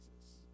Jesus